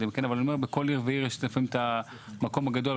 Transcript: בכל עיר יש המקום הגדול,